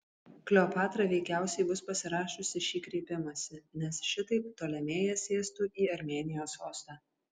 kleopatra veikiausiai bus pasirašiusi šį kreipimąsi nes šitaip ptolemėjas sėstų į armėnijos sostą